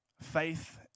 faith